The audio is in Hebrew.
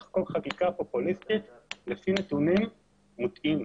לחוקק חקיקה פופוליסטית לפי נתונים מוטעים.